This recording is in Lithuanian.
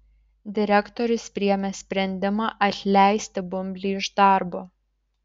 direktorius priėmė sprendimą atleisti bumblį iš darbo